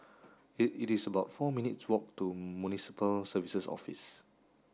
it is about four minutes' walk to Municipal Services Office